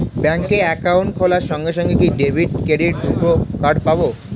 Bank account খোলার সঙ্গে সঙ্গে কি ডেবিট ক্রেডিট দুটো কার্ড পাবো?